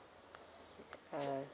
uh